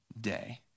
day